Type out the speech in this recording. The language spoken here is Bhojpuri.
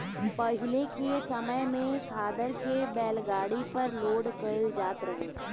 पाहिले के समय में खादर के बैलगाड़ी पर लोड कईल जात रहे